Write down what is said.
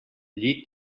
llit